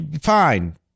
fine